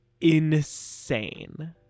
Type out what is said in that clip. insane